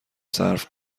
صرف